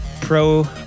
pro